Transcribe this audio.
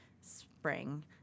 spring